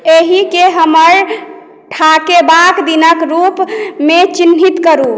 एहिकेँ हमर ठाकेबाक दिनक रूपमे चिन्हित करू